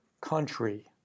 country